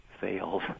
fails